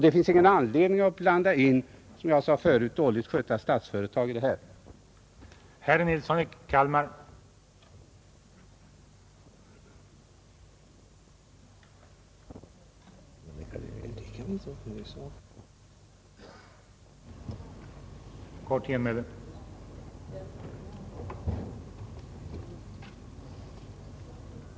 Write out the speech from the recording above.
Det finns ingen anledning att blanda in, som jag förut sade, dåligt skötta statsföretag i detta sammanhang.